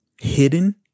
hidden